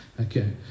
Okay